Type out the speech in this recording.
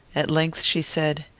at length she said,